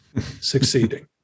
succeeding